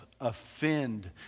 offend